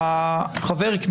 אין שום בעיה גם היום